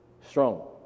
strong